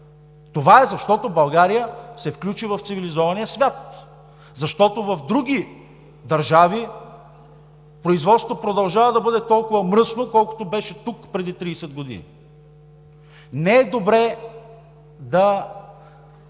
това е, защото България се включи в цивилизования свят, защото в други държави производството продължава да бъде толкова мръсно, колкото беше тук преди 30 години. Не е добре да